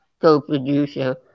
co-producer